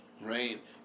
right